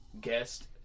guest